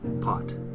pot